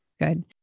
Good